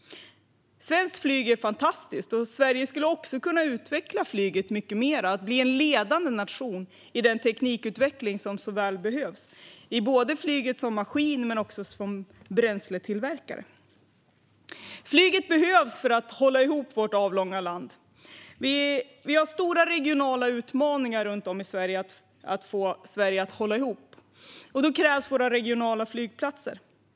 Svenskt flyg är fantastiskt, och Sverige skulle kunna utveckla flyget mycket mer och bli en ledande nation i den teknikutveckling som så väl behövs både när det gäller flyget som maskin och när det gäller bränsletillverkning. Flyget behövs för att hålla ihop vårt avlånga land. Vi har stora regionala utmaningar runt om i Sverige när det gäller just detta, och då krävs våra regionala flygplatser.